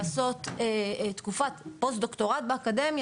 לעשות תקופה פוסט דוקטורנט באקדמיה,